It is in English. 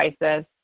crisis